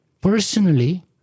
personally